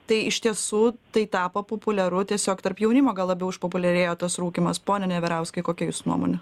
tai iš tiesų tai tapo populiaru tiesiog tarp jaunimo gal labiau išpopuliarėjo tas rūkymas pone neverauskai kokia jūsų nuomonė